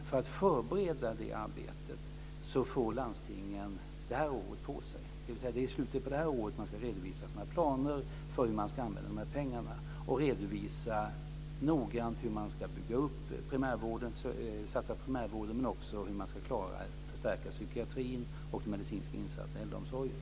För att förbereda detta arbete får landstingen det här året på sig, dvs. att det är i slutet på detta år som de ska redovisa sina planer för hur de ska använda pengarna och noggrant redovisa hur de ska satsa på primärvården, men också hur de ska klara att förstärka psykiatrin och de medicinska insatserna i äldreomsorgen.